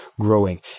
growing